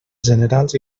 generals